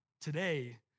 today